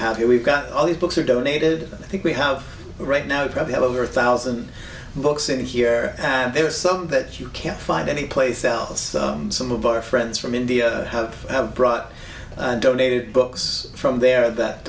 have here we've got all these books are donated i think we have right now probably have over a thousand books in here and there are some that you can't find anyplace else some of our friends from india have brought donated books from there that